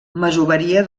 masoveria